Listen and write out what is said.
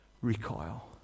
recoil